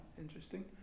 Interesting